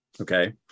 Okay